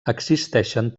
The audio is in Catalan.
existeixen